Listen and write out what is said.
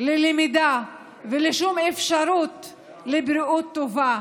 ללמידה ולשום אפשרות לבריאות טובה,